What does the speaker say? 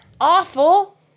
awful